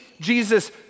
Jesus